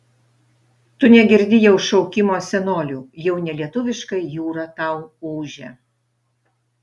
tu negirdi jau šaukimo senolių jau ne lietuviškai jūra tau ūžia